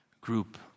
group